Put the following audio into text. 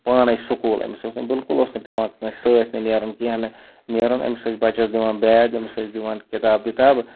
پانَے سکوٗل أمِس اوس نہٕ بلکل اوس نہٕ پٮ۪وان کٲنٛسہِ سۭتۍ نیرُن کینٛہہ نہٕ نیرُن أمِس ٲسۍ بَچَس دِوان بیگ أمِس ٲسۍ دِوان کِتاب وِتابہٕ